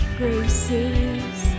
graces